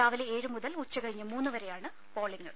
രാവിലെ ഏഴ് മുതൽ ഉച്ചകഴിഞ്ഞ് മൂന്ന് വരെയാണ് പോളിംഗ്